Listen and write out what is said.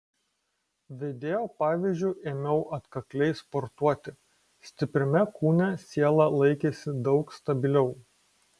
vedėjo pavyzdžiu ėmiau atkakliai sportuoti stipriame kūne siela laikėsi daug stabiliau